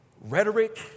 rhetoric